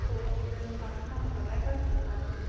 दजिजोन गाखोनांगौ नालाय बासखौनो लानोसै